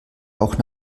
auch